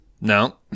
No